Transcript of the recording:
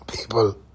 people